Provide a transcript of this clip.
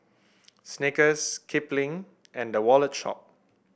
Snickers Kipling and The Wallet Shop